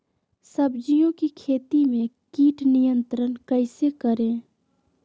सब्जियों की खेती में कीट नियंत्रण कैसे करें?